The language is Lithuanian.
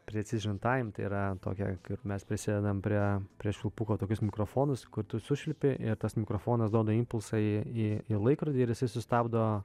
precižin taim tai yra tokia kaip mes prisidedam prie prie švilpuko tokius mikrofonus kur tu sušvilpi ir tas mikrofonas duoda impulsą į į laikrodį ir jisai susistabdo